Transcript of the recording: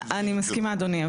אני מסכימה אדוני,